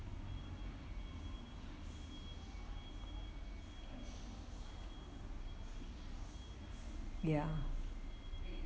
ya